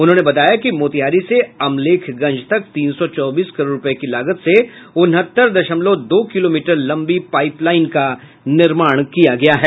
उन्होंने बताया कि मोतिहारी से अमलेखगंज तक तीन सौ चौबीस करोड़ रूपये की लागत से उनहत्तर दशमलव दो किलोमीटर लंबी पाइप लाइन का निर्माण किया गया है